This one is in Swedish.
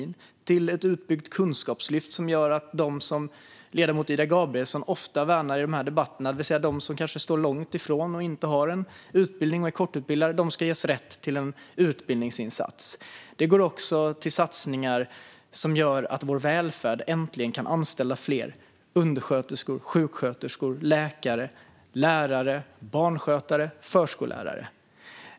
Det handlar också om satsningar på ett utbyggt Kunskapslyft som gör att de som Ida Gabrielsson ofta värnar i de här debatterna, det vill säga de som står långt ifrån arbetsmarknaden och inte har en utbildning eller är kortutbildade, ska ges rätt till en utbildningsinsats. Det är också satsningar som gör att vår välfärd äntligen kan anställa fler undersköterskor, sjuksköterskor, läkare, lärare, barnskötare och förskollärare.